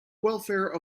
welfare